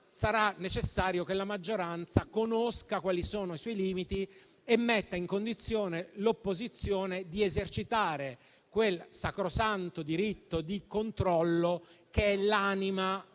sarà necessario che la maggioranza conosca quali sono i suoi limiti e metta in condizione l'opposizione di esercitare quel sacrosanto diritto di controllo che è l'anima delle